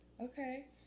Okay